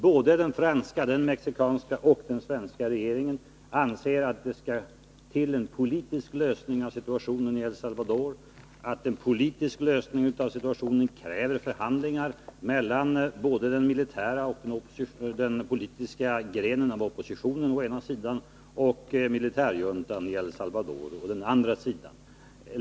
Både den franska, den mexikanska och den svenska regeringen anser att det skall till en politisk lösning av situationen i El Salvador, att en politisk lösning av situationen kräver förhandlingar mellan både den militära och den politiska grenen av oppositionen å ena sidan och militärjuntan i El Salvador å den andra sidan.